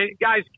guys